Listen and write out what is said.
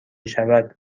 شود